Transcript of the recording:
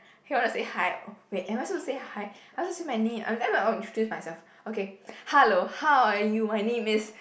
he want to say hi oh wait am I supposed to say hi I want to say my name let me introduce myself okay hello how are you my name is